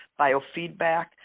biofeedback